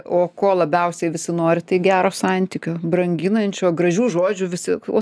o ko labiausiai visi nori tai gero santykio branginančio gražių žodžių visi o